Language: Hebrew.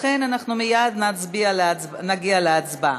לכן מייד נגיע להצבעה.